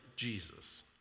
Jesus